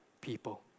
people